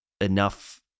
enough